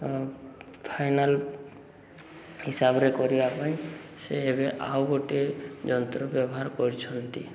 final ହିସାବରେ କରିବା ପାଇଁ ସେ ଏବେ ଆଉ ଗୋଟିଏ ଯନ୍ତ୍ର ବ୍ୟବହାର କରୁଛନ୍ତି